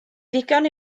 ddigon